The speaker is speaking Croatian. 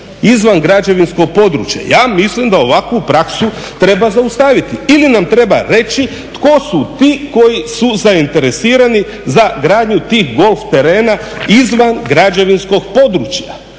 izvan građevinskog područja." Ja mislim da ovakvu praksu treba zaustaviti ili nam treba reći tko su ti koji su zainteresirani za gradnju tih golf terena izvan građevinskog područja